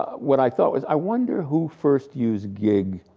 what i thought was, i wondered who first used gig,